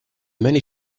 many